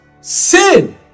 sin